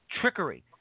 trickery